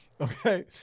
Okay